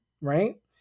right